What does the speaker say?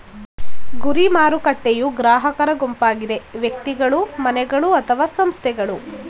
ಗುರಿ ಮಾರುಕಟ್ಟೆಯೂ ಗ್ರಾಹಕರ ಗುಂಪಾಗಿದೆ ವ್ಯಕ್ತಿಗಳು, ಮನೆಗಳು ಅಥವಾ ಸಂಸ್ಥೆಗಳು